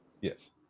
Yes